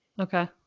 okay